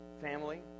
family